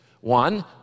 One